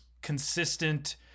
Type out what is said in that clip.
consistent